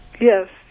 Yes